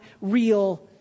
real